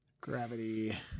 Gravity